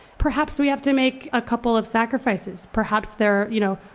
perhaps we have to make a couple of sacrifices. perhaps there, you know,